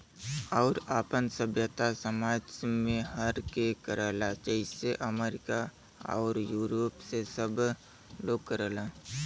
आउर आपन सभ्यता समाज मे रह के करला जइसे अमरीका आउर यूरोप मे सब लोग करला